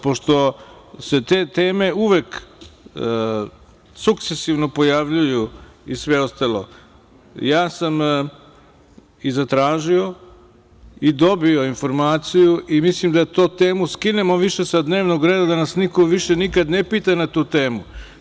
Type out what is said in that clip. Pošto se te teme uvek sukcesivno pojavljuju i sve ostalo, ja sam i zatražio i dobio informaciju i mislim da tu temu skinemo više sa dnevnog reda, da nas niko više ne pita na tu temu.